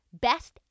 best